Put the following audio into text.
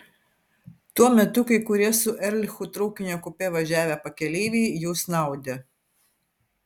tuo metu kai kurie su erlichu traukinio kupė važiavę pakeleiviai jau snaudė